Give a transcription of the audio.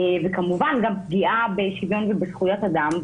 וכמובן, גם פגיעה בשוויון ובזכויות אדם.